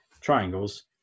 triangles